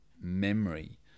memory